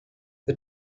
the